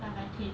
like my clique